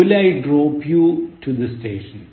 Will I drop you to the station